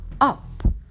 up